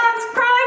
prime